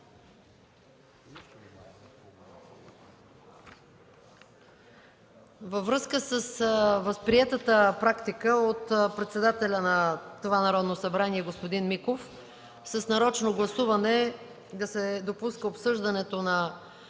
Във връзка с възприетата практика от председателя на това Народно събрание господин Миков с нарочно гласуване да се допуска обсъждането на